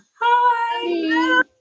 Hi